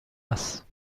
است